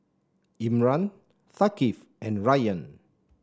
Imran Thaqif and Rayyan